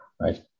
right